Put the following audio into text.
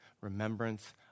remembrance